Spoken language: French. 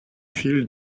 fil